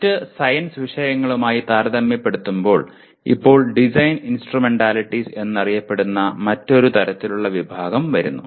മറ്റ് സയൻസ് വിഷയങ്ങളുമായി താരതമ്യപ്പെടുത്തുമ്പോൾ ഇപ്പോൾ ഡിസൈൻ ഇൻസ്ട്രുമെന്റാലിറ്റീസ് എന്നറിയപ്പെടുന്ന മറ്റൊരു തരത്തിലുള്ള വിഭാഗം വരുന്നു